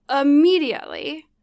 immediately